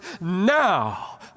now